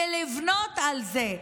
ולבנות על זה,